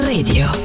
Radio